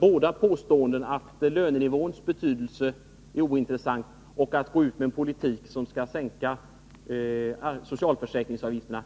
Både påståendet att lönenivåns betydelse är ointressant och förslaget att gå ut med en politik som skall sänka socialförsäkringsavgifterna